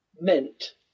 meant